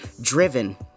driven